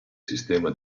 sistema